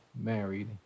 married